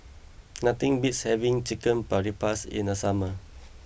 nothing beats having Chicken Paprikas in the summer